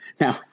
now